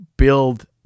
build